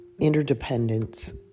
interdependence